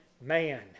man